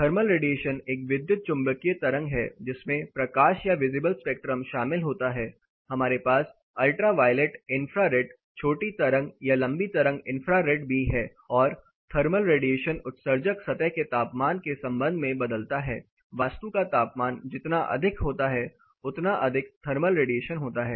thermal radiation एक विद्युत चुंबकीय तरंग है जिसमें प्रकाश या विजिबल स्पेक्ट्रम शामिल होता है हमारे पास अल्ट्रा वायलेट इन्फ्रारेड छोटी तरंग या लंबी तरंग इंफ्रारेड भी है और थर्मल रेडिएशन उत्सर्जक सतह के तापमान के संबंध में बदलता है वस्तु का तापमान जितना अधिक होता है उतना अधिक थर्मल रेडिएशन होता है